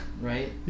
Right